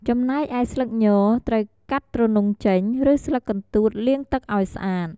ចំណែកឯស្លឹកញ ត្រូវកាត់ទ្រនុងចេញ ឬស្លឹកកន្ទួតលាងទឹកឲ្យស្អាត។